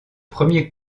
premier